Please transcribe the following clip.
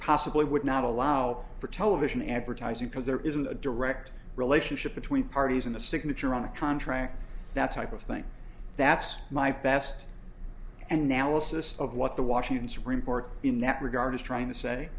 possibly would not allow for television advertising because there isn't a direct relationship between parties in the signature on a contract that type of thing that's my best and now assist of what the washington's reporter in that regard is trying to say